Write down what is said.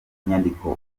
nyandiko